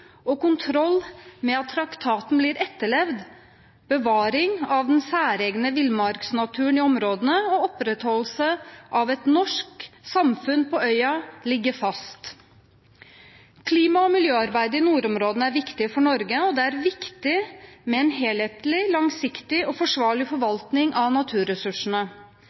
og kontroll med at traktaten blir etterlevd, bevaring av den særegne villmarksnaturen i områdene og opprettholdelse av et norsk samfunn på øya ligger fast. Klima- og miljøarbeidet i nordområdene er viktig for Norge, og det er viktig med en helhetlig, langsiktig og forsvarlig forvaltning av naturressursene.